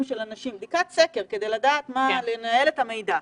אנשים כדי לדעת לנהל את המידע.